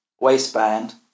waistband